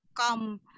come